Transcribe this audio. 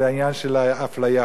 על עניין של אפליה.